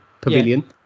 pavilion